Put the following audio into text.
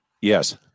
Yes